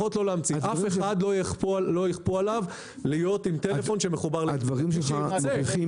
אף אחד לא יכפו עליו להיות עם טלפון שמחובר --- הדברים שלך מוכיחים